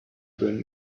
bring